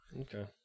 Okay